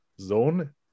zone